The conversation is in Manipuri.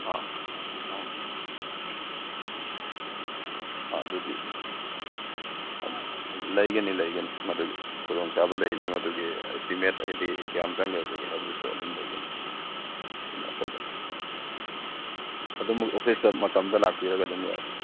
ꯑꯥ ꯑꯥ ꯑꯥ ꯑꯗꯨꯗꯤ ꯂꯩꯒꯅꯤ ꯂꯩꯒꯅꯤ ꯃꯗꯨꯒꯤ ꯈꯨꯗꯣꯡꯆꯥꯕ ꯂꯩꯒꯅꯤ ꯃꯗꯨꯒꯤ ꯏꯁꯇꯤꯃꯦꯠ ꯍꯥꯏꯗꯤ ꯀꯌꯥꯝ ꯆꯪꯒꯗꯒꯦ ꯍꯥꯏꯕꯗꯨꯁꯨ ꯑꯗꯨꯝ ꯂꯩꯒꯅꯤ ꯑꯗꯨꯝ ꯑꯩꯈꯣꯏꯗ ꯑꯗꯨꯝ ꯑꯣꯐꯤꯁꯇ ꯃꯇꯝꯗ ꯂꯥꯛꯄꯤꯔꯒ ꯑꯗꯨꯝ ꯌꯥꯔꯦ